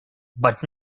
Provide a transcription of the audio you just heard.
but